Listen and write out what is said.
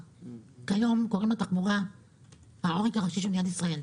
כיום קוראים לתחבורה העורק הראשי של מדינת ישראל.